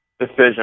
Decision